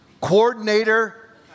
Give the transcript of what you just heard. coordinator